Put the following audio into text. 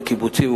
וקיבוצים,